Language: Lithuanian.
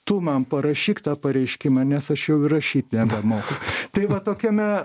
tu man parašyk tą pareiškimą nes aš jau ir rašyt nebemoku tai va tokiame